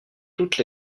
toutes